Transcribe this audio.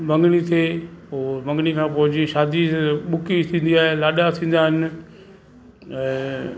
मङणो थिए पोइ मङणी खां पोइ जीअं शादी थिए ॿुकी थींदी आहे लाॾा थींदा आहिनि ऐं